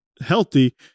healthy